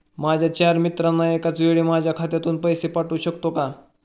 माझ्या चार मित्रांना एकाचवेळी माझ्या खात्यातून पैसे पाठवू शकतो का?